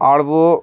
اور وہ